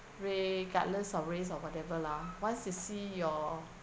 regardless of race or whatever lah once they see your